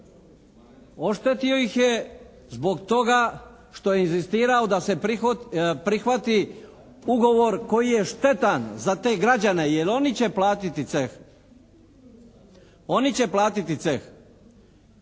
Oštetio ih je zbog toga što je inzistirao da se prihvati ugovor koji je štetan za te građane jer oni će platiti ceh. Oni će platiti ceh.